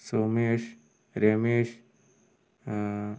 Sumesh Ramesh